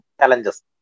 challenges